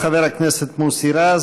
חבר הכנסת מוסי רז,